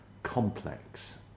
complex